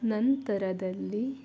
ನಂತರದಲ್ಲಿ